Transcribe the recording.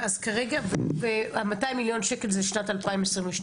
אז כרגע ה-200 מיליון ש"ח זה שנת 2022?